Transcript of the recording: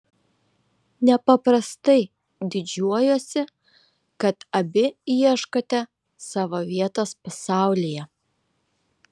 nepaprastai didžiuojuosi kad abi ieškote savo vietos pasaulyje